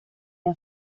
nada